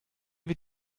wie